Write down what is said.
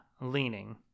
Leaning